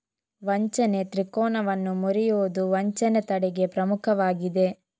ವಂಚನೆ ತ್ರಿಕೋನವನ್ನು ಮುರಿಯುವುದು ವಂಚನೆ ತಡೆಗೆ ಪ್ರಮುಖವಾಗಿದೆ